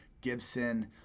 Gibson